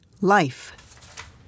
life